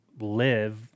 live